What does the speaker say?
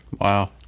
Wow